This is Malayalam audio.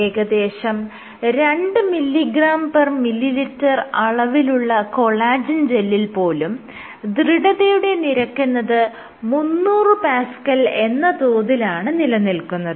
ഏകദേശം 2mgml അളവിലുള്ള കൊളാജെൻ ജെല്ലിൽ പോലും ദൃഢതയുടെ നിരക്കെന്നത് 300Pa എന്ന തോതിലാണ് നിലനിൽക്കുന്നത്